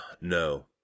No